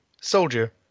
Soldier